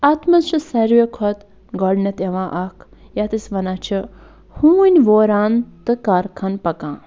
اَتھ منٛز چھُ ساروی کھۄتہٕ گۄڈٕنٮ۪تھ یِوان اکھ یَتھ أسۍ وَنان چھِ ہوٗنۍ ووران تہٕ کارخان پَکان